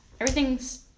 Everything's